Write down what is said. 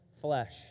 flesh